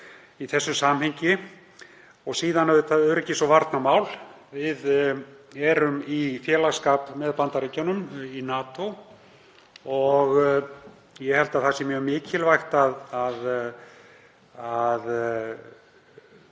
síðan öryggis- og varnarmál. Við erum í félagsskap með Bandaríkjunum í NATO og ég held að það sé mjög mikilvægt að